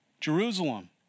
Jerusalem